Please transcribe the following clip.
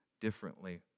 differently